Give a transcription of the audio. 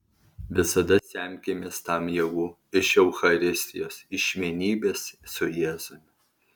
visada semkimės tam jėgų iš eucharistijos iš vienybės su jėzumi